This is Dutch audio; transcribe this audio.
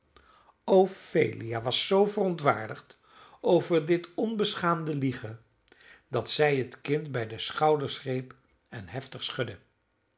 ophelia was zoo verontwaardigd over dit onbeschaamde liegen dat zij het kind bij de schouders greep en heftig schudde